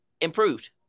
improved